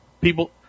people